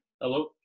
Hello